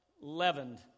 leavened